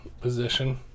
position